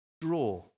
Draw